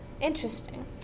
Interesting